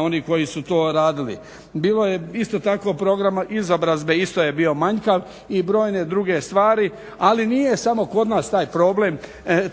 onih koji su to radili. Bilo je isto tako programa izobrazbe, isto je bio manjkav i brojne druge stvari ali nije samo kod nas taj problem